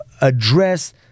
address